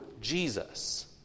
Jesus